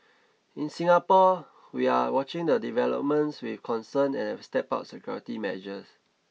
in Singapore we are watching the developments with concern and have stepped up security measures